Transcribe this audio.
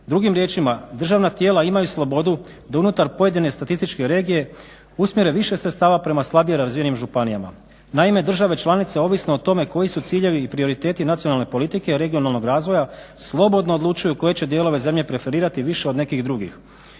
Drugim riječima državna tijela imaju slobodu da unutar pojedine statističke regije usmjere više sredstava prema slabije realiziranim županijama. Naime, države članice ovisno o tome koji su ciljevi i prioriteti nacionalne politike, regionalnog razvoja slobodno odlučuju koje će dijelove zemlje preferirati više od nekih drugih